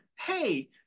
Hey